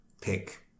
pick